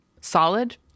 solid